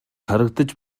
харагдаж